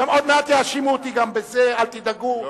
עוד מעט יאשימו אותי גם בזה, אל תדאגו,